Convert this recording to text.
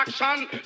action